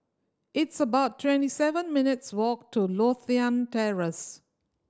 it's about twenty seven minutes' walk to Lothian Terrace